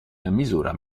misura